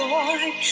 Lord